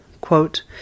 Quote